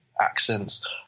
accents